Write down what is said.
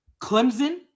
Clemson